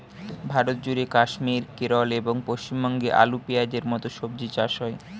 ভারতজুড়ে কাশ্মীর, কেরল এবং পশ্চিমবঙ্গে আলু, পেঁয়াজের মতো সবজি চাষ হয়